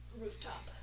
Rooftop